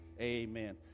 Amen